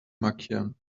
markieren